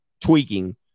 tweaking